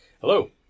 Hello